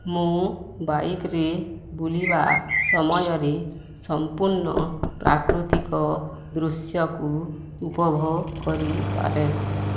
ମୁଁ ବାଇକ୍ରେ ବୁଲିବା ସମୟରେ ସମ୍ପୂର୍ଣ୍ଣ ପ୍ରାକୃତିକ ଦୃଶ୍ୟକୁ ଉପଭୋଗ କରିପାରେ